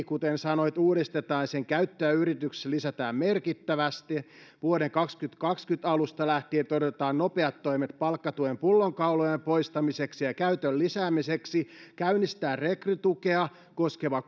kuten sanoit uudistetaan ja sen käyttöä yrityksissä lisätään merkittävästi vuoden kaksituhattakaksikymmentä alusta lähtien toteutetaan nopeat toimet palkkatuen pullonkaulojen poistamiseksi ja sen käytön lisäämiseksi käynnistetään rekrytukea koskeva